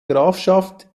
grafschaft